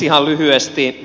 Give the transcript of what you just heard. ihan lyhyesti